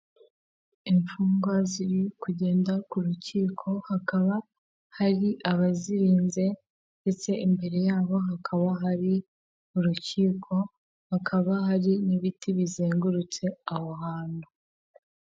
Imfungwa ziri kugenda ku rukiko hakaba hari abazirinze ndetse imbere yabo hakaba hari urukiko hakaba hari n'ibiti bizengurutse aho hantu.